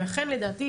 ולכן לדעתי